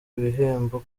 ibihembo